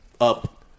up